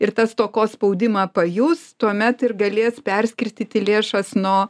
ir tas stokos spaudimą pajus tuomet ir galės perskirstyti lėšas nuo